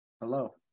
hello